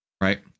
right